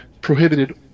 prohibited